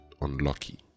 unlucky